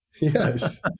Yes